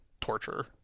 torture